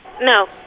No